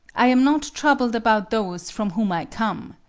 i am not troubled about those from whom i come.